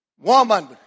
Woman